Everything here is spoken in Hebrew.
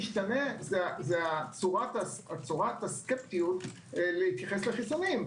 מה שמשתנה זה צורת הסקפטיות להתייחס לחיסונים.